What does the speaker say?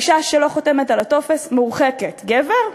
אישה שלא חותמת על הטופס, מורחקת, גבר,